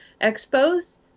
expos